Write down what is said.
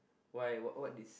why what what this